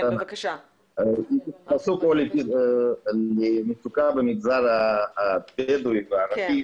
התייחסו כאן למצוקה במגזר הערבי והבדואי.